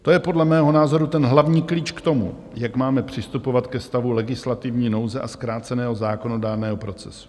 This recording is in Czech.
To je podle mého názoru ten hlavní klíč k tomu, jak máme přistupovat ke stavu legislativní nouze a zkráceného zákonodárného procesu.